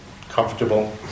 comfortable